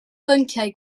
bynciau